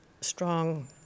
strong